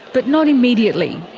but not immediately.